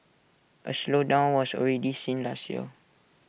A slowdown was already seen last year